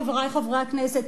חברי חברי הכנסת,